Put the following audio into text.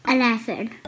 Eleven